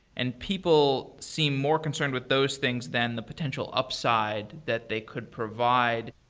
and people seem more concern with those things than the potential upside that they could provide.